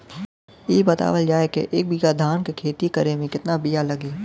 इ बतावल जाए के एक बिघा धान के खेती करेमे कितना बिया लागि?